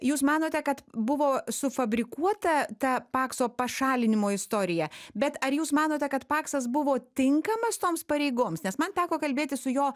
jūs manote kad buvo sufabrikuota ta pakso pašalinimo istorija bet ar jūs manote kad paksas buvo tinkamas toms pareigoms nes man teko kalbėtis su jo